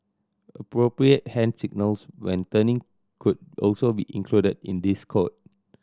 appropriate hand signals when turning could also be included in this code